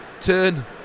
turn